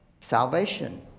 salvation